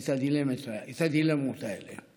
את הדילמות האלה.